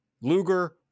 Luger